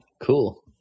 cool